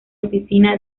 oficina